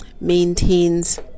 maintains